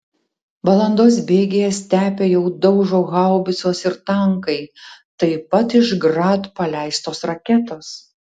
valandos bėgyje stepę jau daužo haubicos ir tankai taip pat iš grad paleistos raketos